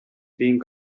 being